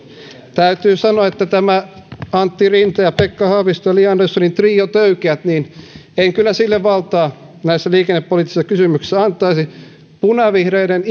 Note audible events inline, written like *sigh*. täytyy sanoa että antti rinteen pekka haaviston ja li anderssonin trio töykeille en kyllä valtaa näissä liikennepoliittisissa kysymyksissä antaisi punavihreiden *unintelligible*